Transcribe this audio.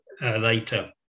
later